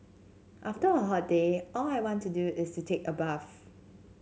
after a hot day all I want to do is to take a bath